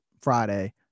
Friday